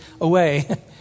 away